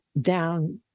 down